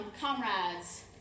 comrades